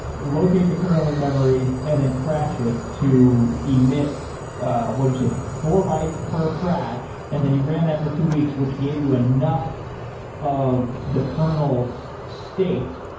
locate the kernel in memory and then crash it to emit ah what did you say? four bytes per crash, and then you run that for two weeks, which gave you enough of the kernel's state.